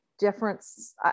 difference